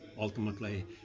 ultimately